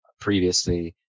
previously